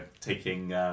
taking